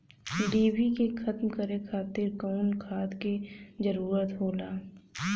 डिभी के खत्म करे खातीर कउन खाद के जरूरत होला?